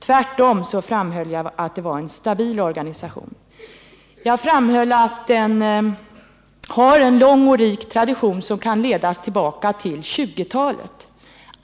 Tvärtom framhöll jag att den var en stabil organisation, att den har en lång och rik tradition som kan ledas tillbaka till 1920-talet.